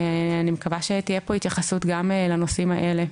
אני מקווה שתהיה פה התייחסות גם לנושאים האלה.